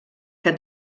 que